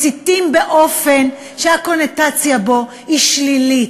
מסיטים באופן שהקונוטציה שלו היא שלילית.